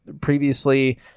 previously